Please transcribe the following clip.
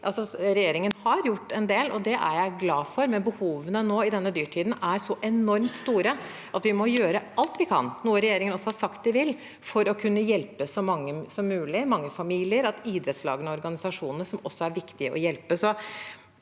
Regjeringen har gjort en del, og det er jeg glad for, men behovene i denne dyrtiden er så enormt store at vi må gjøre alt vi kan – noe regjeringen også har sagt den vil – for å kunne hjelpe så mange som mulig. Det gjelder mange familier, men også idrettslagene og organisasjonene er viktige å hjelpe.